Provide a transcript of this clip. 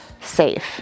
safe